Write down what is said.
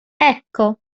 ecco